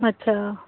ਅੱਛਾ